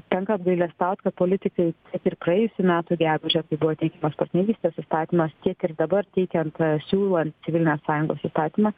tenka apgailestaut kad politikai kaip ir praėjusių metų gegužę kai buvo teikiamas partnerystės įstatymas tiek ir dabar teikiant siūlant civilinės sąjungos įstatymą